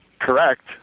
correct